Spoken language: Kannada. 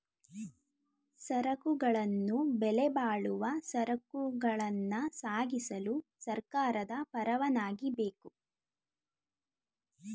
ಸರಕುಗಳನ್ನು ಬೆಲೆಬಾಳುವ ಸರಕುಗಳನ್ನ ಸಾಗಿಸಲು ಸರ್ಕಾರದ ಪರವಾನಗಿ ಬೇಕು